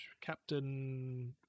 Captain